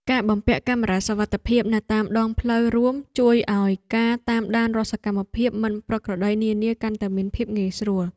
ការបំពាក់កាមេរ៉ាសុវត្ថិភាពនៅតាមដងផ្លូវរួមជួយឱ្យការតាមដានរាល់សកម្មភាពមិនប្រក្រតីនានាកាន់តែមានភាពងាយស្រួល។